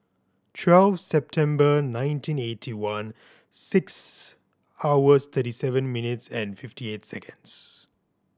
twelve September nineteen eighty one six hours thirty seven minutes and fifty eight seconds